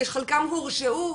חלקם הורשעו,